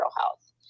health